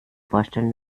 vorstellen